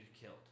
killed